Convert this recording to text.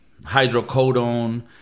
hydrocodone